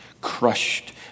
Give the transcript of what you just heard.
crushed